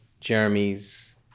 Jeremy's